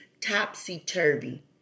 topsy-turvy